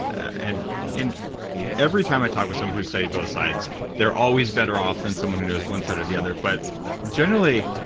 and every time i've talked with someone who's studied both sides, they're always better off than someone who knows one side or the other, but generally,